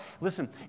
listen